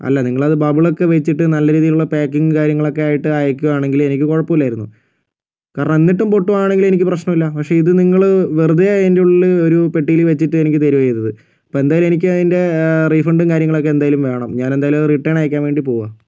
അല്ല നിങ്ങളത് ബബിൾ ഒക്കെ വെച്ചിട്ട് നല്ല രീതിയിലുള്ള പേക്കിങ് കാര്യങ്ങളൊക്കെ ആയിട്ട് അയക്കുകയാണെങ്കിൽ എനിക്ക് കുഴപ്പം ഇല്ലായിരുന്നു കാരണം എന്നിട്ടും പൊട്ടുകയാണെങ്കിൽ എനിക്ക് പ്രശ്നം ഇല്ല പക്ഷെ ഇത് നിങ്ങൽ വെറുതെ അതിൻ്റെ ഉള്ളിൽ ഒരു പെട്ടിയിൽ വെച്ചിട്ട് എനിക്ക് തരുവാ ചെയ്തത് ഇപ്പോൾ എന്തായാലും എനിക്ക് അതിൻ്റെ റീഫണ്ട് കാര്യങ്ങളൊക്കെ എന്തായാലും വേണം ഞാൻ എന്തായാലും റിട്ടേൺ അയക്കാൻ വേണ്ടി പോകാ